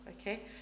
okay